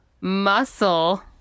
muscle